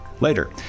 Later